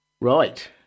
Right